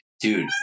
dude